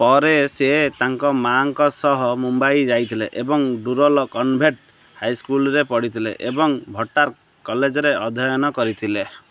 ପରେ ସିଏ ତାଙ୍କ ମାଙ୍କ ସହ ମୁମ୍ବାଇ ଯାଇଥିଲେ ଏବଂ ଡୁରଲୋ କନଭେଣ୍ଟ୍ ହାଇସ୍କୁଲ୍ରେ ପଢ଼ିଥିଲେ ଏବଂ ଭର୍ଟାକ୍ କଲେଜ୍ରେ ଅଧ୍ୟୟନ କରିଥିଲେ